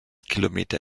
kilometer